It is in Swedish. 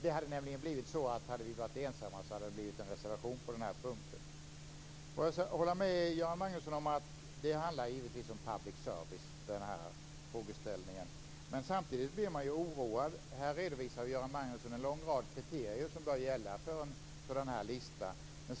Det hade nämligen blivit så att hade vi varit ensamma hade det blivit en reservation på den här punkten. Jag kan hålla med Göran Magnusson om att den här frågeställningen givetvis handlar om public service. Samtidigt blir man ju oroad. Här redovisar Göran Magnusson en lång rad kriterier som bör gälla för en sådan här lista.